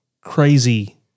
crazy